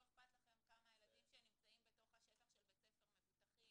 לא אכפת לכם כמה הילדים שנמצאים בתוך השטח של בית ספר מבוטחים,